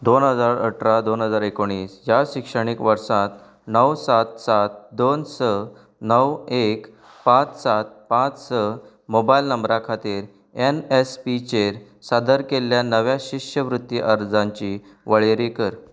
दोन हजार अठरा दोन हजार एकोणीस ह्या शिक्षणीक वर्सात णव सात सात दोन स एक पांच सात पांच स मोबायल नंबरा खातीर एन एस पीचेर सादर केल्ल्या नव्या शिश्यवृत्ती अर्जांची वळेरी कर